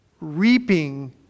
reaping